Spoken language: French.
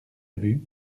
ubu